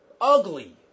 ugly